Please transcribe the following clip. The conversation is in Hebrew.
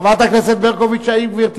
חברת הכנסת ברקוביץ, האם גברתי